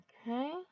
Okay